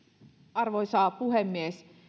arvoisa puhemies